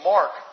Mark